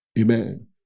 Amen